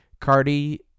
Cardi